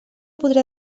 podrà